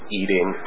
eating